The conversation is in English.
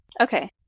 Okay